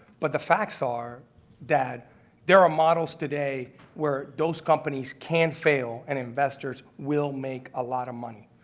but the facts are that there are models today where those companies can fail, and investors will make a lot of money.